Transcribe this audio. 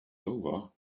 over